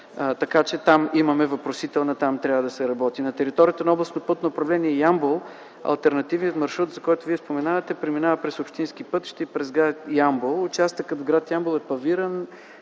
Така че там имаме въпросителна – там трябва да се работи. На територията на Областно пътно управление – Ямбол, алтернативният маршрут, за който Вие споменавате преминава, през общински пътища и през гр. Ямбол. Участъкът в гр. Ямбол е павиран,